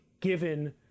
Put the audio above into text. given